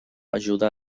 ajuda